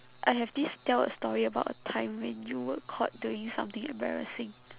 I have this tell a story about a time when you were caught doing something embarrassing